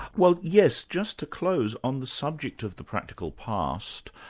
well yes, just to close on the subject of the practical past,